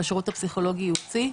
בשירות הפסיכולוגי ייעוצי.